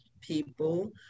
people